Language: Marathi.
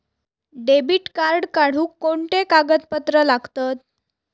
डेबिट कार्ड काढुक कोणते कागदपत्र लागतत?